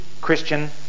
christian